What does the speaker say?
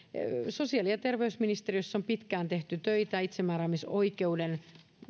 sosiaali ja terveysministeriössä on pitkään tehty töitä itsemääräämisoikeuden